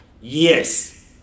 yes